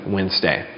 Wednesday